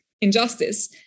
injustice